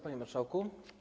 Panie Marszałku!